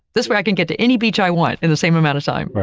this way i can get to any beach i want in the same amount of time.